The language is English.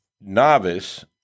novice